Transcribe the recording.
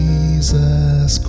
Jesus